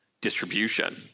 distribution